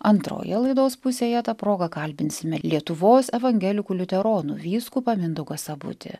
antroje laidos pusėje ta proga kalbinsime lietuvos evangelikų liuteronų vyskupą mindaugą sabutį